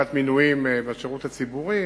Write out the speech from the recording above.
לבדיקת מינויים בשירות הציבורי,